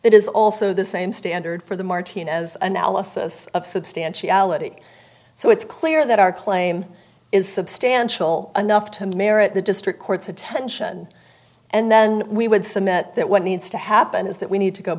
it is also the same standard for the martinez analysis of substantiality so it's clear that our claim is substantial enough to merit the district court's attention and then we would submit that one needs to happen is that we need to go